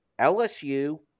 lsu